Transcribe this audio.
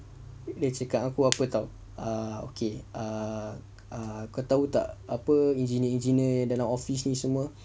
dia cakap dengan aku apa [tau] ah okay uh uh kau tahu tak engineer engineer yang dalam office ini semua